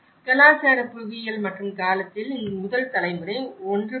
கலாச்சார புவியியல் மற்றும் காலத்தில் முதல் தலைமுறை 1